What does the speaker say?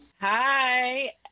Hi